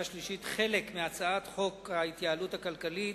השלישית חלק מהצעת חוק ההתייעלות הכלכלית